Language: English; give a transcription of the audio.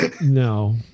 No